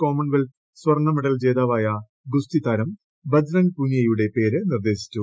Commonwealth സ്വർണ medal ജേതാവായ ഗുസ്തി താരം ബജ്രംഗ് പൂനിയയുടെ പേര് നിർദ്ദേശിച്ചു